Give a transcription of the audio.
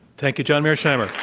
thank you, john mearsheimer.